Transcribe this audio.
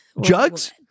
Jugs